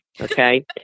okay